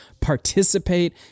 Participate